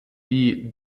die